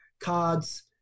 cards